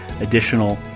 additional